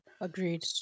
Agreed